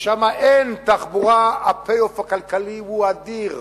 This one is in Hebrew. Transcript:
ששם אין תחבורה, ה-payoff הכלכלי הוא אדיר.